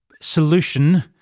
solution